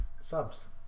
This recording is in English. subs